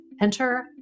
Enter